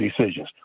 decisions